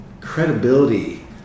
credibility